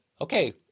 okay